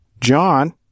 John